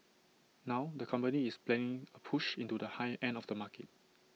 now the company is planning A push into the high end of the market